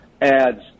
adds